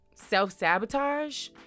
self-sabotage